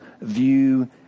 view